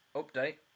update